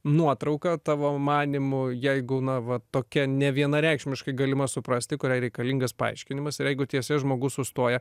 nuotrauka tavo manymu jeigu na va tokia nevienareikšmiškai galima suprasti kuriai reikalingas paaiškinimas ir jeigu ties ja žmogus sustoja